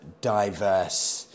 diverse